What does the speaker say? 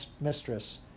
mistress